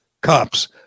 cops